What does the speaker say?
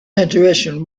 intuition